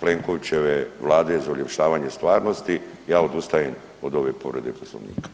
Plenkovićeve Vlade za uljepšavanje stvarnosti, ja odustajem od ove povrede Poslovnika.